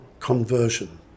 conversion